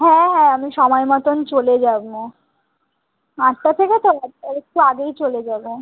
হ্যাঁ হ্যাঁ আমি সময় মতোন চলে যাবো আটটা থেকে তো আটটার একটু আগেই চলে যাবো